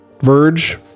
Verge